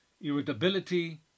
irritability